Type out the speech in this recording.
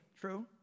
True